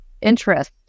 interest